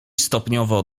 stopniowo